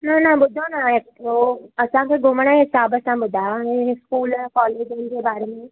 न न ॿुधो न आहे उहो असांखे घुमण जे हिसाब सां ॿुधायो इहे स्कूल कॉलेजनि जे बारे में